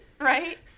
right